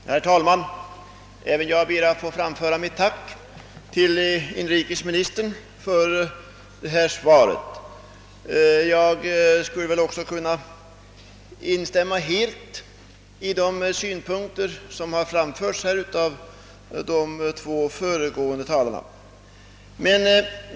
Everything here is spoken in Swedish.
Herr talman! Även jag ber att få framföra mitt tack till inrikesministern för svaret. Jag kan också delvis instämma i de synpunkter som har framförts av de två föregående talarna.